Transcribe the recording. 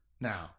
Now